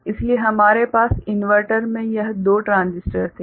इसलिए हमारे पास इन्वर्टर में यह दो ट्रांजिस्टर थे